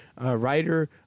writer